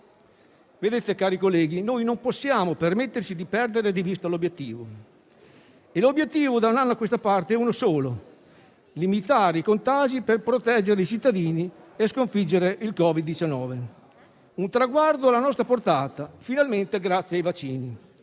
Vedete, cari colleghi, non possiamo permetterci di perdere di vista l'obiettivo che, da un anno a questa parte, è uno solo: limitare i contagi per proteggere i cittadini e sconfiggere il Covid-19, un traguardo alla nostra portata finalmente grazie ai vaccini.